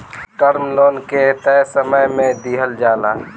term loan के तय समय में दिहल जाला